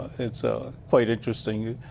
it's ah quite interesting.